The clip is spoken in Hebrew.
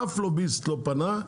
אף לוביסט לא פנה,